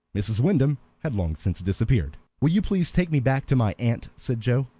mrs. wyndham had long since disappeared. will you please take me back to my aunt? said joe.